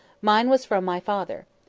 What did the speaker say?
mine was from my father.